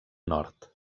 nord